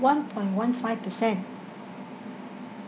one point one five percent